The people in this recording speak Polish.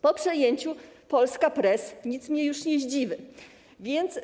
Po przejęciu Polska Press nic mnie już nie zdziwi.